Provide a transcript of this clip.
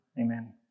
Amen